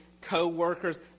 co-workers